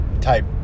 type